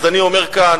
אז אני אומר כאן,